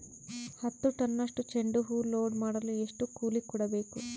ಹತ್ತು ಟನ್ನಷ್ಟು ಚೆಂಡುಹೂ ಲೋಡ್ ಮಾಡಲು ಎಷ್ಟು ಕೂಲಿ ಕೊಡಬೇಕು?